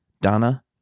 donna